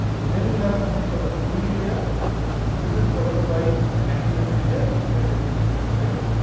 and then you have something called the pooling layer. now this is followed by an activation layer typically that is taken as relu.